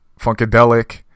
Funkadelic